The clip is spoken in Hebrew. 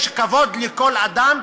יש כבוד לכל אדם.